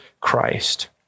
Christ